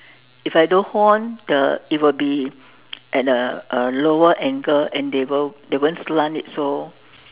if I don't hold on the it will be at a a lower angle and they will they won't slant it so